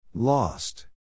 Lost